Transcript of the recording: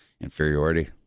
Inferiority